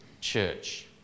church